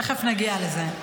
תכף נגיע לזה.